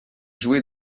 joué